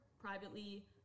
Privately